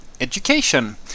education